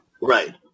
Right